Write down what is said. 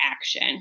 action